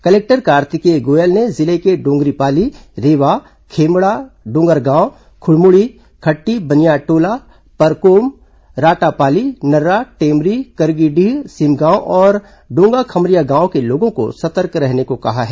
collector Kartikeya Goyal ने जिले के डोंगरीपाली रेवा खेमड़ा डोंगरगांव खुड़मुड़ी खट्टी बनियाटोला परकोम राटापाली नर्रा टेमरी करगीडीह सिमगांव और डोंगाखमरिया गांव के लोगों को सतर्क रहने को कहा है